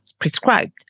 prescribed